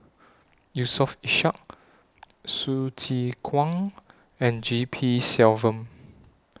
Yusof Ishak Hsu Tse Kwang and G P Selvam